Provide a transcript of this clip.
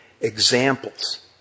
examples